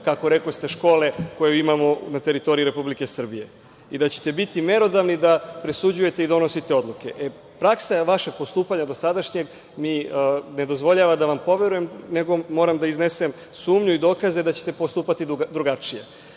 kako rekoste, škole koje imamo na teritoriji Republike Srbije i da ćete biti merodavni da presuđujete i donosite odluke. Praksa vašeg dosadašnjeg postupanja mi ne dozvoljava da vam poverujem, nego moram da iznesem sumnju i dokaze da ćete postupati drugačije. Naime,